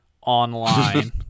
online